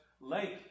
lake